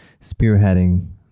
spearheading